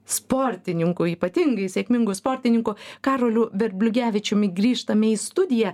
sportininku ypatingai sėkmingu sportininku karoliu verbliugevičiumi grįžtame į studiją